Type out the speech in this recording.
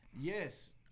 Yes